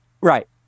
Right